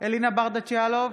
אלינה ברדץ' יאלוב,